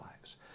lives